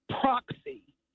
proxy